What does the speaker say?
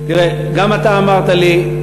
תראה, גם אתה אמרת לי,